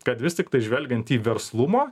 kad vis tiktai žvelgiant į verslumo